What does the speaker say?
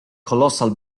colossal